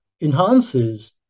enhances